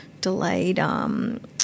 delayed